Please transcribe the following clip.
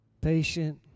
Patient